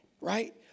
right